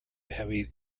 heavy